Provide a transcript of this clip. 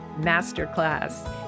masterclass